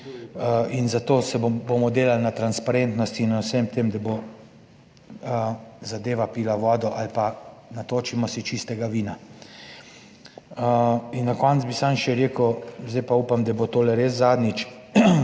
Zato bomo delali na transparentnosti in na vsem tem, da bo zadeva pila vodo ali pa da si natočimo čistega vina. Na koncu bi samo še rekel, zdaj pa upam, da bo to res zadnjič,